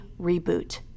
reboot